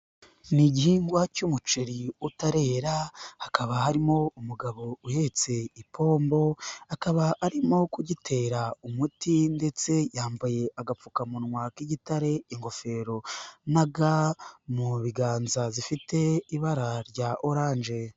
Ni igihingwa cy'umuceri utarera, hakaba harimo umugabo uhetse imppombo akaba arimo kugitera umuti, ndetse yambaye agapfukamunwa k'igitare, ingofero na ga mu biganza zifite ibara rya orange.